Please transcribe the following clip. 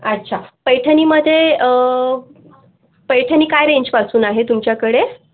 अच्छा पैठणीमध्ये पैठणी काय रेंजपासून आहे तुमच्याकडे